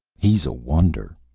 he's a wonder.